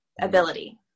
Ability